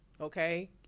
Okay